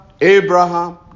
Abraham